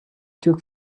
took